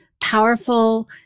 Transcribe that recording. powerful